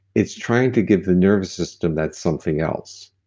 it's trying to give the nervous system that something else.